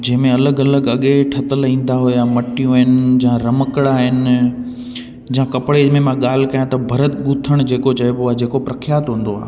जंहिंमें अलॻि अलॻि अॻे ठहियल ईंदा हुया मटियूं आहिनि जा रमकणा आहिनि जा कपिड़े में मां ॻाल्हि कयां त भर्थ गुथण जेको चइबो आहे जेको प्रख्यात हूंदो आहे